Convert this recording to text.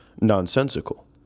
nonsensical